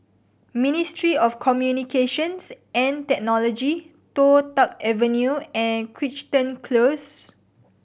Ministry of Communications and Technology Toh Tuck Avenue and Crichton Close